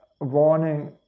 warning